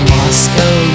Moscow